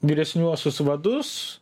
vyresniuosius vadus